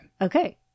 Okay